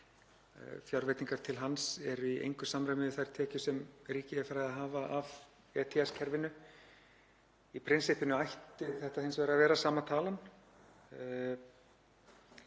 Fjárveitingar til hans eru í engu samræmi við þær tekjur sem ríkið er farið að hafa af ETS-kerfinu. Í prinsippinu ætti þetta hins vegar að vera sama talan.